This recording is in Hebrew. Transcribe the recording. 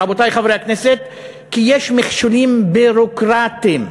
רבותי חברי הכנסת: יש מכשולים ביורוקרטיים.